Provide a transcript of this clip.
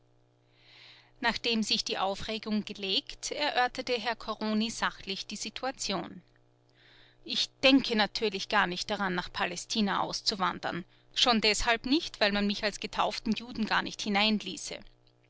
nachdem sich die aufregung gelegt erörterte herr corroni sachlich die situation ich denke natürlich gar nicht daran nach palästina auszuwandern schon deshalb nicht weil man mich als getauften juden gar nicht